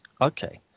Okay